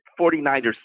49ers